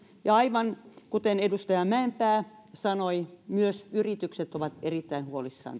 ja aivan kuten edustaja mäenpää sanoi myös yritykset ovat erittäin huolissaan